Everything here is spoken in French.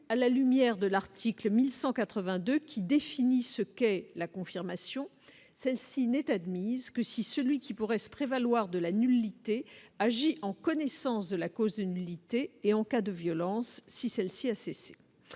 à la lumière de l'article 1180 2 qui définit ce qu'est la confirmation, celle-ci n'est admise que si celui qui pourrait se prévaloir de la nullité agi en connaissance de la. Causes de nullité et en cas de violence si celle-ci a cessé,